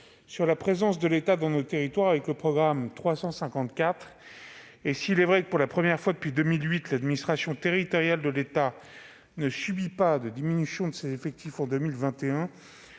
sur la présence de l'État dans nos territoires, avec le programme 354 : s'il est vrai que, pour la première fois depuis 2008, l'administration territoriale de l'État ne subit pas de diminution de ses effectifs en 2021,